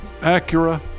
Acura